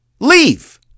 leave